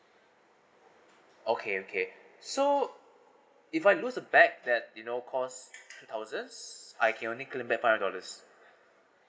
okay okay so if I lose a bag that you know cost two thousands I can only claim that for how dollars